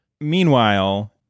Meanwhile